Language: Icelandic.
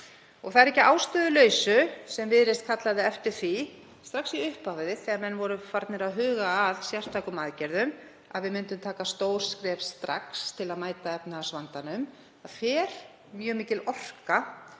Það var ekki að ástæðulausu sem Viðreisn kallaði eftir því strax í upphafi þegar menn voru farnir að huga að sértækum aðgerðum, að við myndum taka stór skref strax til að mæta efnahagsvandanum. Það fer mjög mikil orka